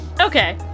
Okay